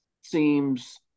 seems